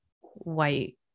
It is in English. white